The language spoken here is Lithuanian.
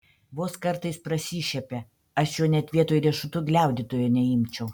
vos kartais prasišiepia aš jo net vietoj riešutų gliaudytojo neimčiau